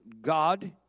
God